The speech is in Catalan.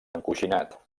encoixinat